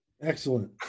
excellent